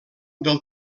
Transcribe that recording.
del